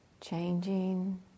changing